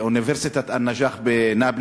לאוניברסיטת א-נג'אח בשכם,